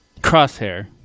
Crosshair